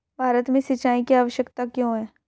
भारत में सिंचाई की आवश्यकता क्यों है?